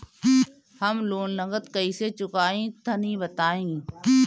हम लोन नगद कइसे चूकाई तनि बताईं?